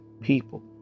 people